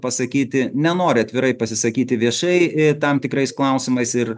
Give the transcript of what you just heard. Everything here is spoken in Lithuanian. pasakyti nenori atvirai pasisakyti viešai tam tikrais klausimais ir